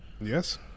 Yes